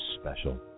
special